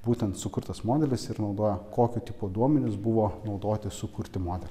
būtent sukurtas modelis ir naudoja kokio tipo duomenys buvo naudoti sukurti modelį